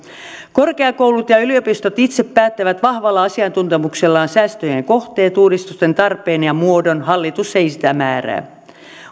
korkeakoulut ja yliopistot itse päättävät vahvalla asiantuntemuksellaan säästöjen kohteet uudistusten tarpeen ja muodon hallitus ei sitä määrää